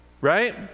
Right